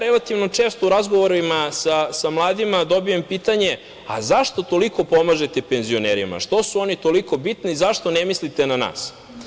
Relativno često razgovorima sa mladima dobijam pitanje – a zašto toliko pomažete penzionerima, što su oni toliko bitni, zašto ne mislite na nas?